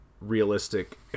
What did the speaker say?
realistic